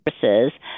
services